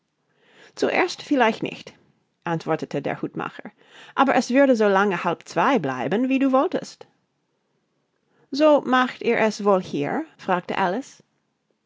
zuerst vielleicht nicht antwortete der hutmacher aber es würde so lange halb zwei bleiben wie du wolltest so macht ihr es wohl hier fragte alice